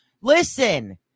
Listen